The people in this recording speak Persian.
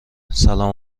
سلام